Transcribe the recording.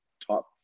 top